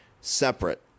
separate